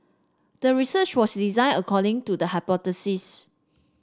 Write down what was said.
the research was design according to the hypothesis